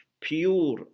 pure